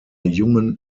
jungen